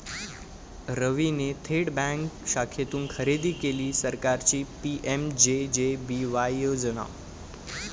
रवीने थेट बँक शाखेतून खरेदी केली सरकारची पी.एम.जे.जे.बी.वाय योजना